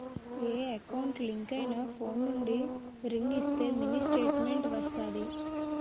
ఏ account link అయినా phone నుండి ring ఇస్తే మినీ స్టేట్మెంట్ వస్తాది